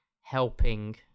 helping